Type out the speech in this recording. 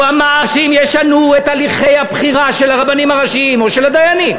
הוא אמר שאם ישנו את הליכי הבחירה של הרבניים הראשיים או של הדיינים,